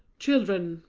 children,